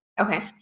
Okay